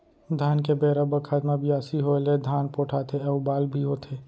धान के बेरा बखत म बियासी होय ले धान पोठाथे अउ बाल भी होथे